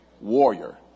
warrior